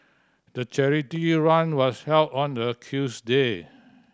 the charity run was held on a Tuesday